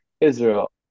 Israel